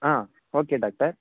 ah okay doctor